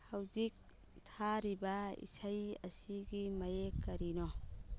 ꯍꯧꯖꯤꯛ ꯊꯥꯔꯤꯕ ꯏꯁꯩ ꯑꯁꯤꯒꯤ ꯃꯌꯦꯛ ꯀꯔꯤꯅꯣ